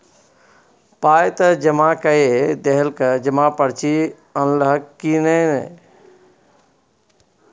पाय त जमा कए देलहक जमा पर्ची अनलहक की नै